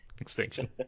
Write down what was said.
Extinction